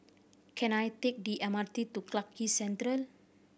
can I take the M R T to Clarke Quay Central